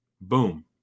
Boom